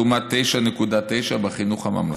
לעומת 9.9% בחינוך הממלכתי,